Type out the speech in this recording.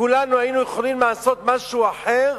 כולנו היינו יכולים לעשות משהו אחר